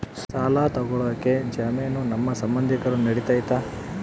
ಸಾಲ ತೊಗೋಳಕ್ಕೆ ಜಾಮೇನು ನಮ್ಮ ಸಂಬಂಧಿಕರು ನಡಿತೈತಿ?